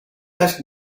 ask